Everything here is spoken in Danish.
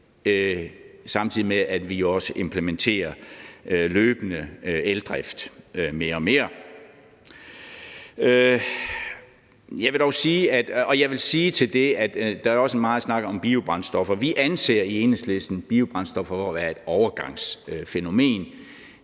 samtidig med at vi jo også løbende implementerer eldrift mere og mere. Jeg vil også sige til det, at der jo er meget snak om biobrændstoffer, at vi i Enhedslisten anser biobrændstoffer for at være et overgangsfænomen,